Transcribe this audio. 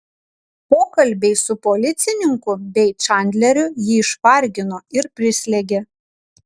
pokalbiai su policininku bei čandleriu jį išvargino ir prislėgė